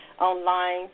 online